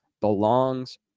belongs